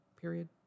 period